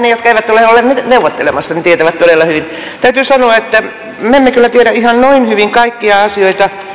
ne jotka eivät ole olleet neuvottelemassa tietävät todella hyvin täytyy sanoa että me emme kyllä tiedä ihan noin hyvin kaikkia asioita